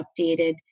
updated